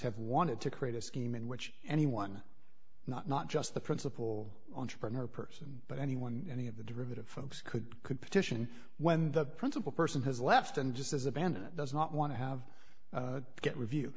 have wanted to create a scheme in which anyone not not just the principle entrepreneur or person but anyone any of the derivative folks could could petition when the principle person has left and just as abandoned does not want to have to get review